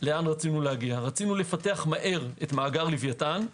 רצינו לפתח מהר את מאגר לוויתן,